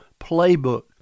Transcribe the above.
playbook